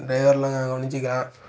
டிரைவர்லாம் நான் கவனித்துக்குறேன்